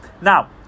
Now